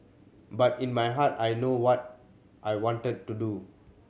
but in my heart I know what I wanted to do